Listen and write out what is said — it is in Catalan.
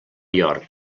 york